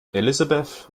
elisabeth